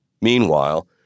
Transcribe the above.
Meanwhile